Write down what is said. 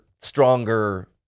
stronger